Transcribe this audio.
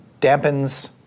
dampens